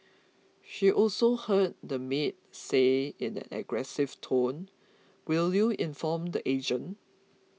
she also heard the maid say in an aggressive tone will you inform the agent